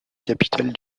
capitale